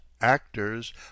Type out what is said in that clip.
actors